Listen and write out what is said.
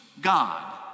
God